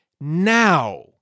now